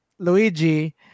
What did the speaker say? Luigi